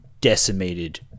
decimated